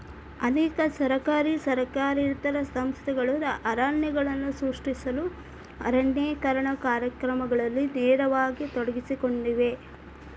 ಅನೇಕ ಸರ್ಕಾರಿ ಸರ್ಕಾರೇತರ ಸಂಸ್ಥೆಗಳು ಅರಣ್ಯಗಳನ್ನು ಸೃಷ್ಟಿಸಲು ಅರಣ್ಯೇಕರಣ ಕಾರ್ಯಕ್ರಮಗಳಲ್ಲಿ ನೇರವಾಗಿ ತೊಡಗಿಸಿಕೊಂಡಿವೆ